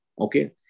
Okay